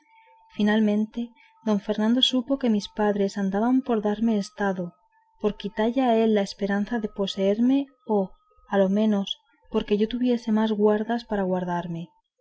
finalmente don fernando supo que mis padres andaban por darme estado por quitalle a él la esperanza de poseerme o a lo menos porque yo tuviese más guardas para guardarme